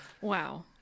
Wow